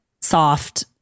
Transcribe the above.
soft